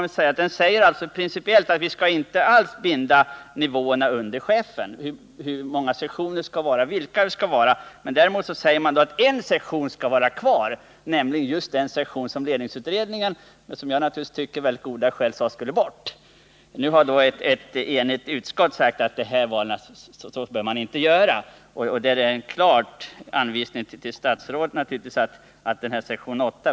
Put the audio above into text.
I den sägs principiellt att vi inte alls skall fatta bindande beslut på nivåerna under chefen, dvs. när det gäller hur många sektioner det skall vara och vilka de skall vara. Däremot skall enligt statsrådet en bestämd sektion vara kvar, nämligen just den som försvarsledningsutredningen på — som jag naturligtvis tycker — mycket goda grunder ansåg skulle bort. Nämligen sektion 8. Nu har ett enigt utskott sagt att så bör man inte göra, och det är en klar anvisning till statsrådet om att titta över sektion 8.